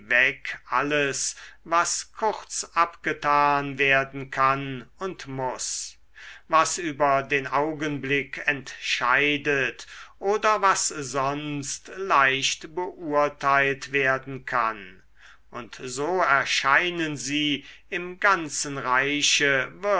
alles was kurz abgetan werden kann und muß was über den augenblick entscheidet oder was sonst leicht beurteilt werden kann und so erscheinen sie im ganzen reiche